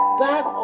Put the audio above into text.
back